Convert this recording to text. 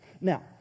Now